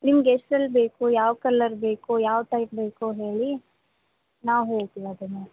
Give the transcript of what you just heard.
ನಿಮ್ಗೆ ಎಷ್ಟ್ರಲ್ಲಿ ಬೇಕು ಯಾವ ಕಲ್ಲರ್ ಬೇಕು ಯಾವ ಟೈಪ್ ಬೇಕು ಹೇಳಿ ನಾವು ಹೇಳ್ತಿವಿ ಅದನ್ನು